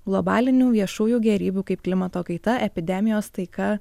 globalinių viešųjų gėrybių kaip klimato kaita epidemijos taika